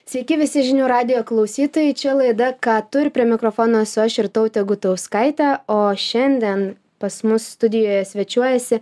sveiki visi žinių radijo klausytojai čia laida ką tu ir prie mikrofono esu aš irtautė gutauskaitė o šiandien pas mus studijoje svečiuojasi